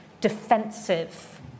defensive